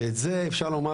את זה אפשר לומר